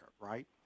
right